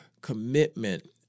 commitment